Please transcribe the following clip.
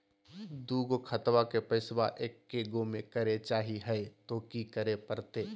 दू गो खतवा के पैसवा ए गो मे करे चाही हय तो कि करे परते?